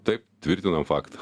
taip tvirtinam faktą